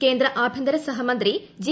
കേന്ദ്ര ആഭ്യന്തര സഹമന്ത്രി ജി